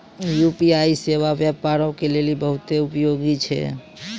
UPI सेबा व्यापारो के लेली बहुते उपयोगी छै